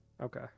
Okay